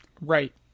Right